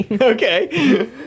Okay